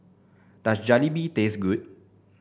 does Jalebi taste good